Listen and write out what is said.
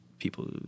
people